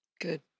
good